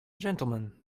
gentlemen